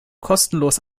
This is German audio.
kostenlos